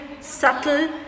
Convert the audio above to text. subtle